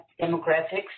demographics